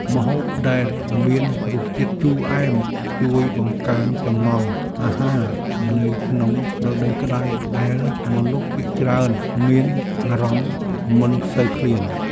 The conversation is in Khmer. ម្ហូបដែលមានរសជាតិជូរអែមជួយបង្កើនចំណង់អាហារនៅក្នុងរដូវក្តៅដែលមនុស្សភាគច្រើនមានអារម្មណ៍មិនសូវឃ្លាន។